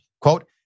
quote